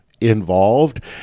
involved